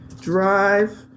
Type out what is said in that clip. Drive